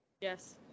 yes